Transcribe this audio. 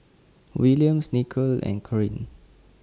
Williams Nicolle and Corine